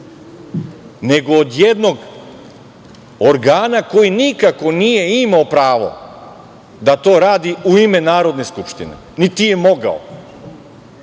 nego od jednog organa koji nikako nije imao pravo da to radi u ime Narodne skupštine, niti je mogao,